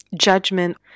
judgment